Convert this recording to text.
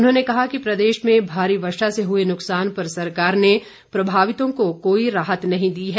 उन्होंने कहा कि प्रदेश में भारी वर्षा से हए नुकसान पर सरकार ने प्रभावितों को कोई राहत नही दी है